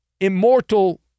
Immortal